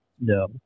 No